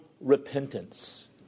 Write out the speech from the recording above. repentance